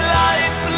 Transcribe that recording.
life